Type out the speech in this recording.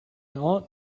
aunt